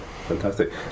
Fantastic